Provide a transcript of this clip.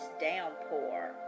downpour